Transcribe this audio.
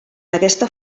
aquesta